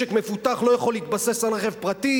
משק מפותח לא יכול להתבסס על רכב פרטי,